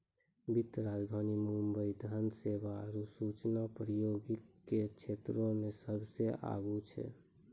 वित्तीय राजधानी मुंबई धन सेवा आरु सूचना प्रौद्योगिकी के क्षेत्रमे सभ्भे से आगू छै